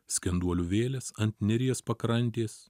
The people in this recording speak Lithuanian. skenduolių vėlės ant neries pakrantės